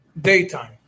daytime